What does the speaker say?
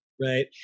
Right